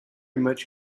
much